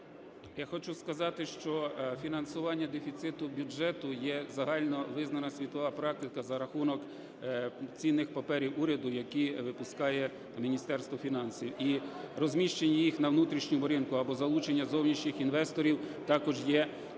Я хочу сказати, що фінансування дефіциту бюджету є загальновизнана світова практика за рахунок цінних паперів уряду, які випускає Міністерство фінансів. І розміщення їх на внутрішньому ринку або залучення зовнішніх інвесторів також є